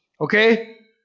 Okay